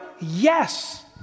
Yes